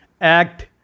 Act